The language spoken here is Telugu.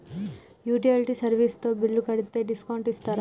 యుటిలిటీ సర్వీస్ తో బిల్లు కడితే డిస్కౌంట్ ఇస్తరా?